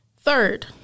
Third